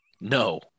no